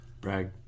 Brag